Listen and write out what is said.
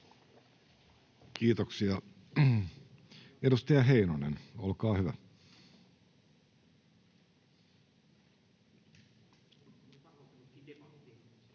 Kiitoksia. — Edustaja Heinonen, olkaa hyvä.